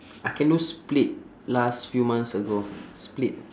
I can do split last few months ago split